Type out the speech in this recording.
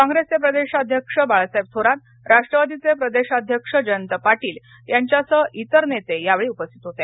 कॉंग्रेसचे प्रदेशाध्यक्ष बाळासाहेब थोरात राष्ट्रवादीचे प्रदेशाध्यक्ष जयंत पाटील यांच्यासह इतर नेते यावेळी उपस्थित होते